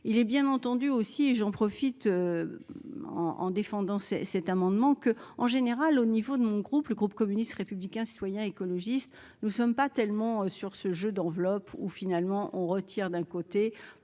il est bien entendu aussi, et j'en profite, en en défendant ses cet amendement que en général au niveau de mon groupe, le groupe communiste, républicain, citoyen et écologiste, nous ne sommes pas tellement sur ce jeu d'enveloppe où finalement on retire d'un côté